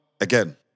Again